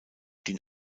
den